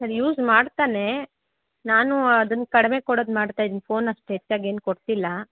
sir use ಮಾಡ್ತಾನೆ ನಾನು ಅದನ್ನು ಕಡಿಮೆ ಕೊಡೋದು ಮಾಡ್ತಾ ಇದ್ದೀನಿ ಫೋನ್ ಅಷ್ಟು ಹೆಚ್ಚಾಗೇನು ಕೊಡ್ತಿಲ್ಲ